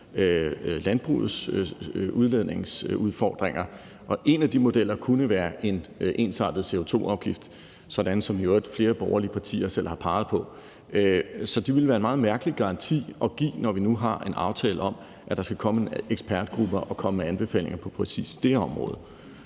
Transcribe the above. landbrugets udledninger. Og en af de anbefalinger kunne være en ensartet CO2-afgift, som flere borgerlige partier i øvrigt selv har peget på. Det ville derfor være en meget mærkelig garanti at give, når vi nu har en aftale om en ekspertgruppe, der skal komme med anbefalinger på præcis det område.